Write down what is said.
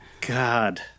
God